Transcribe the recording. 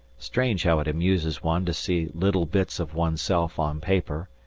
strange how it amuses one to see little bits of oneself on paper,